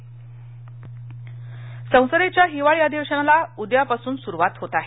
बस्क्रि संसदेच्या हिवाळी अधिवेशनाला उद्यापासून सुरुवात होत आहे